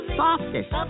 softest